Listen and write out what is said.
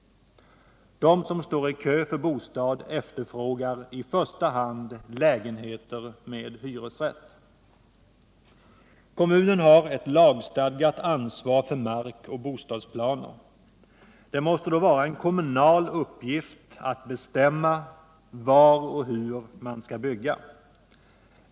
De som står i kö för bostad efterfrågar i första hand lägenheter med hyresrätt. Kommunen har ett lagstadgat ansvar för markoch bostadsplaner. Det måste då vara en kommunal uppgift att bestämma var och hur man skall bygga.